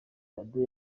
radio